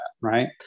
Right